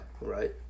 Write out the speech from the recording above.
Right